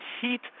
heat